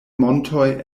montoj